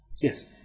yes